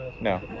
No